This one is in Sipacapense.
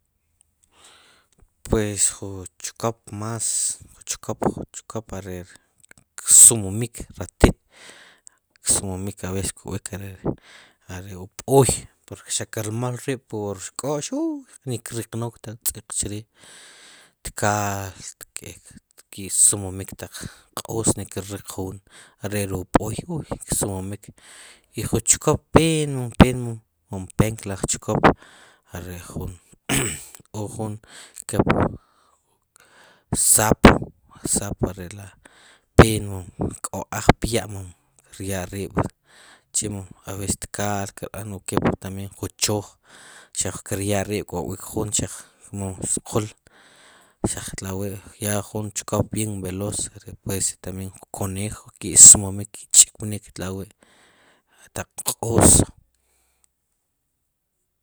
Pues jun chop mas jun chkop jun chkop mas re' rik sumumik ratit sumumik a veces are' ri ub'oy poeque xaq ker mool rib' puwur k'ox nik riqnoktaq ri tz'i' chrij tkaal k eek ki' mumimik taq q'oos nik kir riq jun ere ri ub'oy ksumiumik y ju chop pen mum penco laj chokop are jun k'o jun kep sapo pen k'o ajya' mom kir ya' rib' a veces tklaal kep tabien jun chooj xaq ker yaarib' kok'wik jun mum squl xatawi' ya jun chkop veloz puede ser tabien jun conejo ki' sumimik ki' ch'ikpnik tawi' taq q'oos